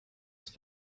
ist